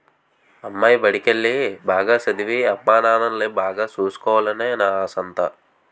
అమ్మాయి బడికెల్లి, బాగా సదవి, అమ్మానాన్నల్ని బాగా సూసుకోవాలనే నా ఆశంతా